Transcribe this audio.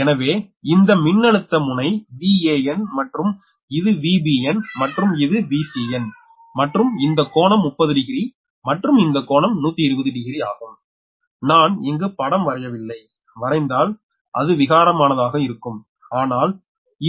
எனவே இந்த மின்னழுத்த முனை Van மற்றும் இது Vbn மற்றும் இது Vcn மற்றும் இந்த கோணம் 30° மற்றும் இந்த கோணம் 120 டிகிரி ஆகும் நான் இங்கு படம் வரையவில்லை வரைந்தால் அது விகாரமானதக இருக்கும் ஆனால்